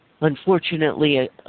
unfortunately